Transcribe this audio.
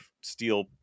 steel